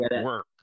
work